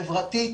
חברתית,